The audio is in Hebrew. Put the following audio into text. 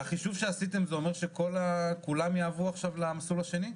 החישוב שעשיתם אומר שכולם יעברו עכשיו למסלול השני?